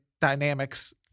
dynamics